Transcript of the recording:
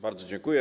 Bardzo dziękuję.